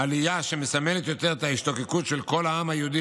עלייה שמסמלת יותר את ההשתוקקות של כל העם היהודי